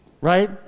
Right